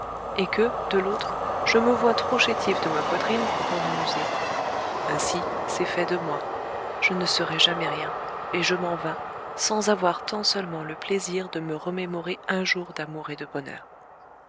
et que de l'autre je me vois trop chétif de ma poitrine pour cornemuser ainsi c'est fait de moi je ne serai jamais rien et je m'en vas sans avoir tant seulement le plaisir de me remémorer un jour d'amour et de bonheur